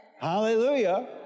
Hallelujah